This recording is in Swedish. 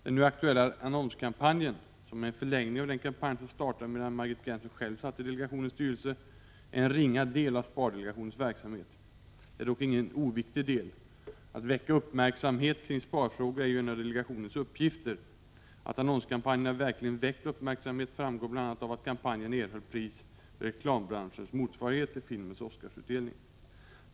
Den nu aktuella annonskampanjen — som är en förlängning av den kampanj som startade medan Margit Gennser själv satt i delegationens styrelse — är en ringa del av spardelegationens verksamhet. Den är dock ingen oviktig del. Att väcka uppmärksamhet kring sparfrågor är ju en av delegationens uppgifter. Att annonskampanjerna verkligen väckt uppmärksamhet framgår bl.a. av att kampanjen erhöll pris vid reklambranschens motsvarighet till filmens Oscarsutdelning.